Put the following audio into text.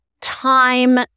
time